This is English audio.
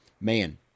man